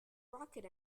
rocket